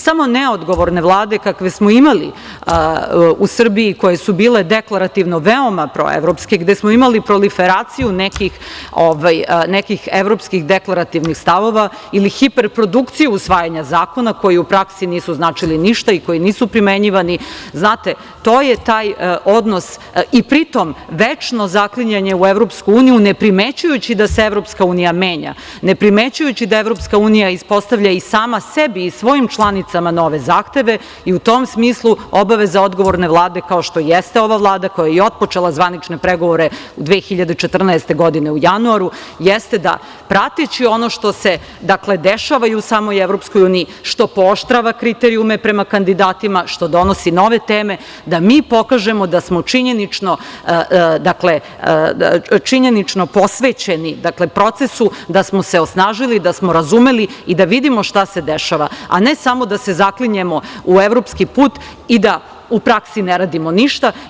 Samo neodgovorne Vlade kakve smo imali u Srbiji, koje su bile deklarativno veoma proevropske, gde smo imali proliferaciju nekih evropskih deklarativnih stavova ili hiperprodukciju usvajanja zakona koji u praksi nisu značili ništa i koji nisu primenjivani, a pri tom večno zaklinjanje u EU, ne primećujući da se EU menja, ne primećujući da EU ispostavlja i sama sebi i svojim članicama nove zahteve i u tom smislu obaveza odgovorne Vlade, kao što jeste ova Vlada, koja je i otpočela zvanične pregovore 2014. godine u januaru, jeste da prateći ono što se dešava i u samoj EU, što pooštrava kriterijume prema kandidatima, što donosi nove teme, da mi pokažemo da smo činjenično posvećeni procesu, da smo se osnažili, da smo razumeli i da vidimo šta se dešava, a ne samo da se zaklinjemo u evropski put i da u praksi ne radimo ništa.